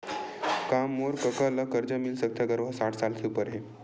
का मोर कका ला कर्जा मिल सकथे अगर ओ हा साठ साल से उपर हे?